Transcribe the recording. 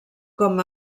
com